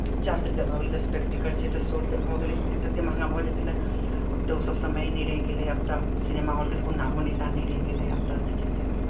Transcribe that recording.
पचास रुपैआ भऽ गेलै दस रुपैआके टिकट छै तऽ सए रुपैआ भऽ गेलै ततेक ततेक महंगा भऽ जाइ छलै आब तऽ ओसभ समैए नहि रहि गेलै आब तऽ सिनेमा हॉलके तऽ कोनो नामो निशान नहि रहि गेलै आब तऽ जे छै से